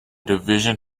division